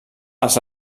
els